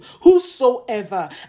Whosoever